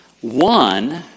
one